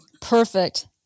Perfect